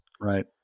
right